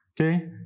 Okay